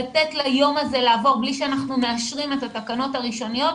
לתת ליום הזה לעבור בלי שאנחנו מאשרים את התקנות הראשוניות,